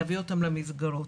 להביא אותם למסגרות.